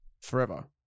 forever